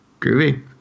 groovy